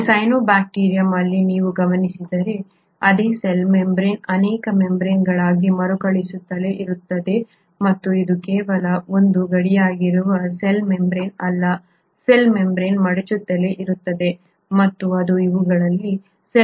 ಈ ಸೈನೋಬ್ಯಾಕ್ಟೀರಿಯಂ ಅಲ್ಲಿ ನೀವು ಗಮನಿಸಿದರೆ ಅದೇ ಸೆಲ್ ಮೆಂಬ್ರೇನ್ ಅನೇಕ ಮೆಂಬ್ರೇನ್ಗಳಾಗಿ ಮರುಕಳಿಸುತ್ತಲೇ ಇರುತ್ತದೆ ಮತ್ತು ಅದು ಕೇವಲ ಒಂದು ಗಡಿಯಾಗಿರುವ ಸೆಲ್ ಮೆಂಬ್ರೇನ್ ಅಲ್ಲ ಸೆಲ್ ಮೆಂಬ್ರೇನ್ ಮಡಚುತ್ತಲೇ ಇರುತ್ತದೆ ಮತ್ತು ಅದು ಇವುಗಳಲ್ಲಿದೆ